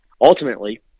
ultimately